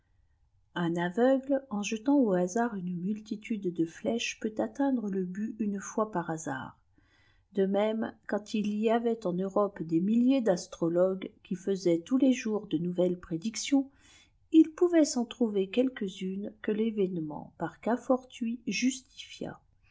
un aveugle en jetant au hasard une mfdtitude de flèchea peut atteindre le but une fois par hasard de même quand il y avait esk ijurope des millîersi d'astrologues qui faisaient tous lea jours de npuveues prédictions il pouvait s'en trouver qtelqulestmes fpm l'événement jar cas fortuit justimt